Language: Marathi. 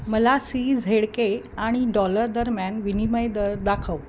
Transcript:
मला सी झेड के आणि डॉलर दरम्यान विनिमय दर दाखव